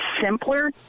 simpler